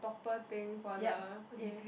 poor thing for the okay